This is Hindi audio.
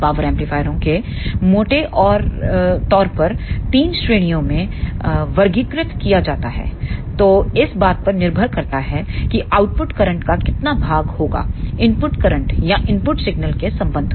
पावर एम्पलीफायरों को मोटे तौर पर 3 श्रेणियों में वर्गीकृत किया जाता है जो इस बात पर निर्भर करता है कि आउटपुट करंट का कितना भाग होगा इनपुट करंट या इनपुट सिग्नल के संबंध में